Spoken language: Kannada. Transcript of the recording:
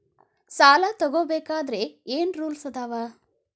ಸಾಲ ತಗೋ ಬೇಕಾದ್ರೆ ಏನ್ ರೂಲ್ಸ್ ಅದಾವ?